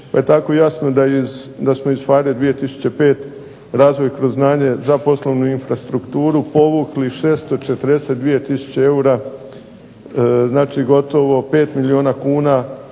Pa je tako jasno da iz, da smo iz PHARE 2005 razvoj kroz znanje za poslovnu infrastrukturu povukli 642 tisuće eura, znači gotovo 5 milijuna kuna